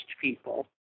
people